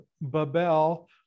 Babel